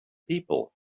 people